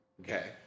Okay